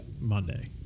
Monday